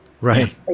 Right